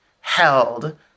held